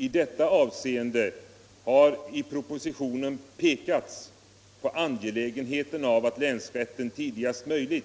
I detta avseende har i propositionen pekats på angelägenheten av att länsrätten tidigast möjligt